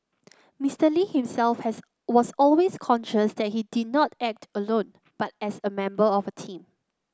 Mister Lee himself has was always conscious that he did not act alone but as a member of a team